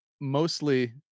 mostly